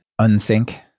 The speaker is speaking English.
unsync